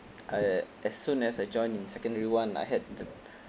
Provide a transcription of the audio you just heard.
I as soon as I join in secondary one I had the